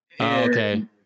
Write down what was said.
Okay